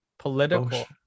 political